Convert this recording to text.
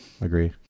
agree